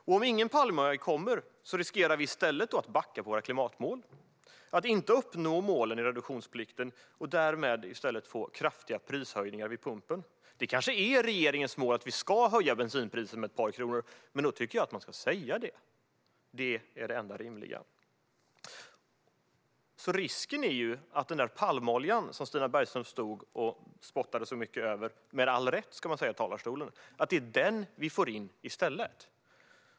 Om ingen palmolja kommer riskerar vi i stället att backa på våra klimatmål. Att inte uppnå målen för reduktionsplikten och därmed i stället få kraftiga prishöjningar vid pumpen kanske är regeringens mål. Det kanske är målet att vi ska höja bensinpriset med ett par kronor, men då tycker jag att man ska säga det. Det är det enda rimliga. Risken är alltså att det är den palmolja som Stina Bergström stod i talarstolen och spottade så mycket på - med all rätt, ska man säga - vi får in i stället.